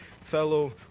fellow